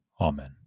amen